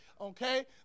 okay